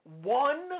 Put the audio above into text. One